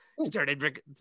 Started